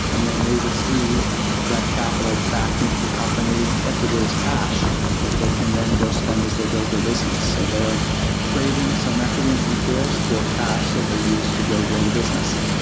and then they receive that capital back into the company effectively as cash that they can then go spend as they build their business. so they are trading some equity and some shares for cash that they used to go grow the business.